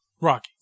rocky